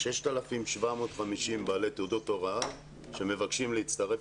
מ-6,750 בעלי תעודות הוראה שמבקשים להצטרף